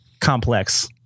complex